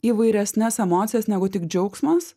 įvairesnes emocijas negu tik džiaugsmas